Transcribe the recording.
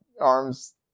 arms